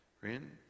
Friend